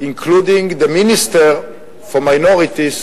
including the Minister for Minorities,